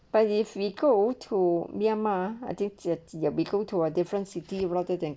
but if we go to myanmar attitude your vehicle to a different city rather than